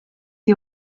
die